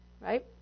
right